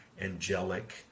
angelic